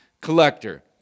collector